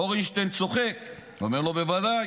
אורנשטיין צוחק, הוא אומר לו: בוודאי.